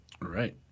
Right